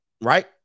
Right